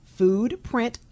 Foodprint